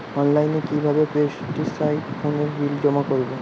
অনলাইনে কি ভাবে পোস্টপেড ফোনের বিল জমা করব?